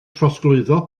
trosglwyddo